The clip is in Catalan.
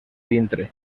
dintre